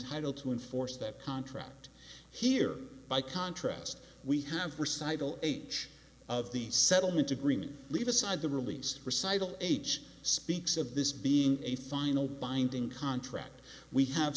entitle to enforce that contract here by contrast we have for cycle age of the settlement agreement leave aside the release recitals h speaks of this being a final binding contract we have